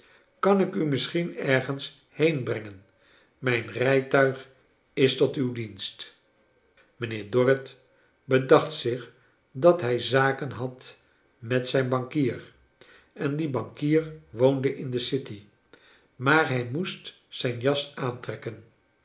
kan ik u misschien ergens heen brengen mij n rij tuig is t ot uw dienst mijnheer dorrit bedacht zich dat hij zaken had met zijn bankier en die bankier woonde in de city maar hij moest zijn jas aantrekken